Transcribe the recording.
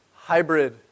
hybrid